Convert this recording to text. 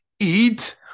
Eat